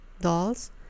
dolls